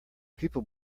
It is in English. people